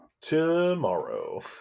Tomorrow